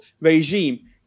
regime